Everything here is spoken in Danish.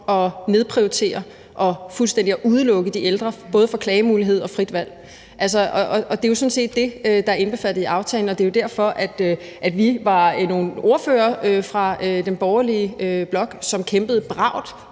at nedprioritere og fuldstændig udelukke de ældre fra både at have klagemulighed og frit valg. Og det er jo sådan set det, der er indbefattet i aftalen, og det er jo derfor, at vi var nogle ordførere fra den borgerlige blok, som kæmpede bravt